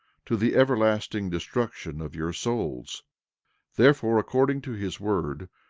to the everlasting destruction of your souls therefore, according to his word,